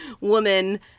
woman